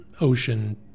ocean